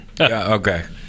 okay